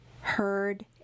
heard